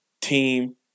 team